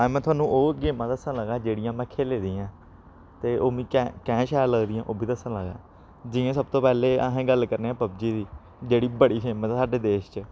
हां में थुआनूं ओह् गेमां दस्सन लगां जेह्ड़ियां में खेली दा आं ते ओह् मिगी कैंह् शैल लगदियां ओह् बी दस्सन लगा जि'यां सब तू पैह्लें असें गल्ल करने आं पबजी दी जेह्ड़ी बड़ी फेमस ऐ साढ़े देश च